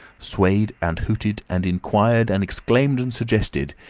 swayed and hooted and inquired and exclaimed and suggested,